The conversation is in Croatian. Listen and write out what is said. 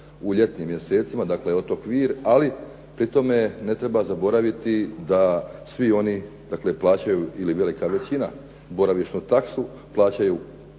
u ljetnim mjesecima, dakle otok Vir, ali pri tome ne treba zaboraviti da svi oni, dakle plaćaju ili velika većina boravišnu taksu, plaćaju